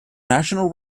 national